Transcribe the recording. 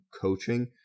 coaching